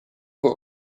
book